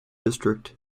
district